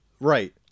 Right